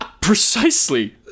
Precisely